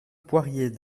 poirier